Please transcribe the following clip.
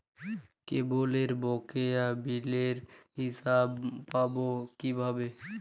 কেবলের বকেয়া বিলের হিসাব পাব কিভাবে?